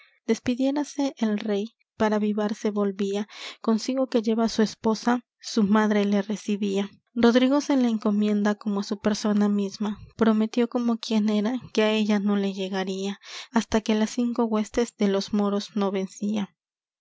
despidiérase del rey para vivar se volvía consigo lleva su esposa su madre la recebía rodrigo se la encomienda como á su persona misma prometió como quien era que á ella no llegaría hasta que las cinco huestes de los moros no vencía